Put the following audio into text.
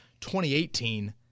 2018 –